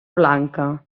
blanca